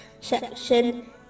section